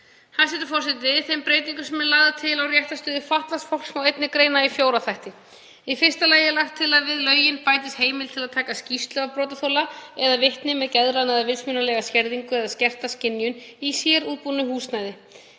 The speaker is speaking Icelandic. Hæstv. forseti. Í þeim breytingum sem lagðar eru til á réttarstöðu fatlaðs fólks má einnig greina fjóra þætti. Í fyrsta lagi er lagt til að við lögin bætist heimild til þess að taka skýrslu af brotaþola, eða vitni með geðræna eða vitsmunalega skerðingu eða skerta skynjun, í sérútbúnu húsnæði.